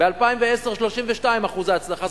ב-2010 32% הצלחה.